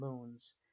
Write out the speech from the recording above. moons